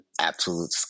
absolute